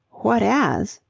what as?